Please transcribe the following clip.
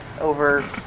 over